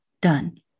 done